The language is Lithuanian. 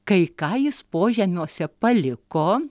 kai ką jis požemiuose paliko